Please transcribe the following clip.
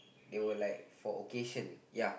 they were like for occasion ya